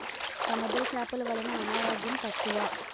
సముద్ర చేపలు వలన అనారోగ్యం తక్కువ